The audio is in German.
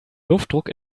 luftdruck